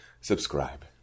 subscribe